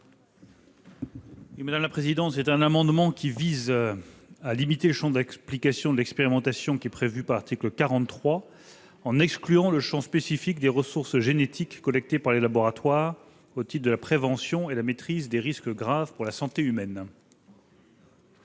M. le ministre. Cet amendement vise à limiter le champ d'application de l'expérimentation qui est prévue à l'article 43 en excluant le champ spécifique des ressources génétiques collectées par les laboratoires au titre de la prévention et la maîtrise des risques graves pour la santé humaine.